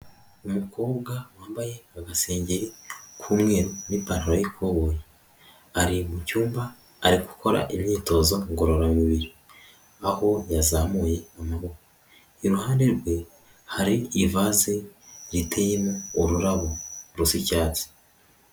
Umukobwa wambaye agasengeri k'umweru n'ipantaro y'ikoboyi, ari mu cyumba ari gukora imyitozo ngororamubiri, aho yazamuye amaboko, iruhande rwe hari ivaze riteyemo ururabo rusa icyatsi.